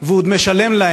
תודה, אדוני.